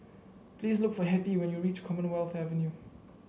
please look for Hettie when you reach Commonwealth Avenue